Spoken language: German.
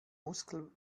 muskel